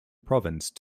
province